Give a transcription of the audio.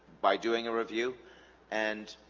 by doing a review and